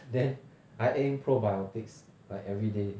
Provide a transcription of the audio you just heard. then I add in probiotics like everyday